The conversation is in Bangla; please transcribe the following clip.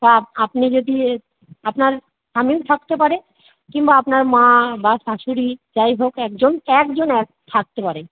বা আপনি যদি আপনার স্বামীও থাকতে পারে কিংবা আপনার মা বা শাশুড়ি যাইহোক একজন একজন থাকতে পারে